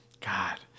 God